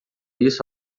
isso